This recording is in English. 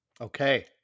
Okay